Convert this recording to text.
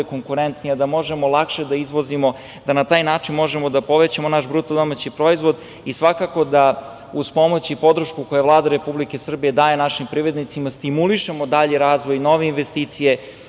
roba bude konkurentnija, da možemo lakše da izvozimo, da na taj način možemo da povećamo naš BDP, i svakako, da uz pomoć i podršku koja Vlada Republike Srbije daje našim privrednicima stimulišemo dalji razvoj, nove investicije